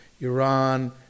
Iran